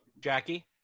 Jackie